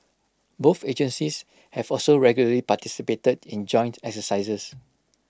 both agencies have also regularly participated in joint exercises